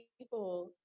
people